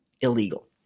illegal